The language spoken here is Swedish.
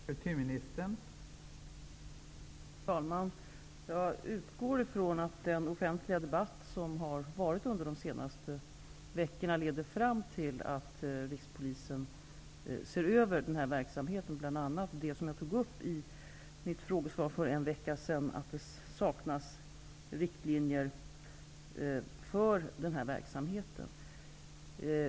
Fru talman! Jag utgår ifrån att de senaste veckornas offentliga debatt leder fram till att Rikspolisstyrelsen ser över denna verksamhet. Det saknas nämligen riktlinjer för den, vilket jag tog upp i mitt frågesvar för en vecka sedan.